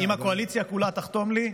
אם הקואליציה כולה תחתום לי,